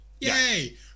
yay